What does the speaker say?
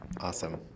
Awesome